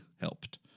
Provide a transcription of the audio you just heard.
helped